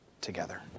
together